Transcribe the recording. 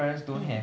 mm